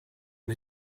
and